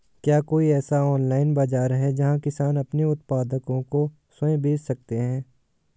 क्या कोई ऐसा ऑनलाइन बाज़ार है जहाँ किसान अपने उत्पादकों को स्वयं बेच सकते हों?